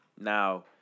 Now